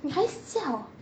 你还笑